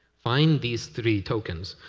find these three tokens.